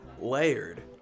layered